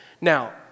now